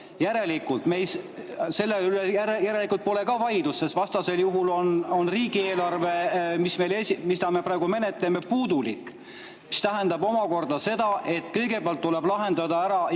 tulude osas? Selle üle järelikult pole ka vaidlust, sest vastasel juhul on riigieelarve, mida me praegu menetleme, puudulik, mis tähendab omakorda seda, et kõigepealt tuleb lahendada ära